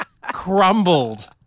crumbled